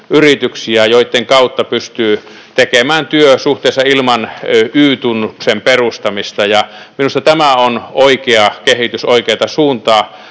joitten kautta pystyy tekemään työsuhteessa ilman Y-tunnuksen perustamista, ja minusta tämä on oikea kehitys, oikeata suuntaa